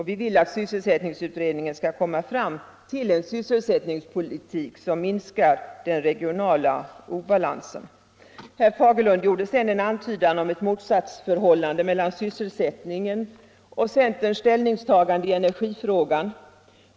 Vi vill att sysselsättningsutredningen skall komma fram till en sysselsättningspolitik som minskar den regionala obalansen. Herr Fagerlund gjorde sedan en antydan om ett motsatsförhållande mellan sysselsättningen och centerns ställningstagande i energifrågan.